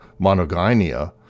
monogynia